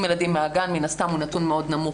ילדים מהגן מן הסתם הוא נתון מאוד נמוך,